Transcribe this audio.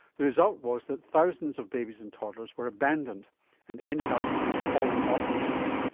the result was that thousands of babies and toddlers were abandoned and ended up in appalling orphanages.